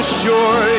sure